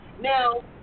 Now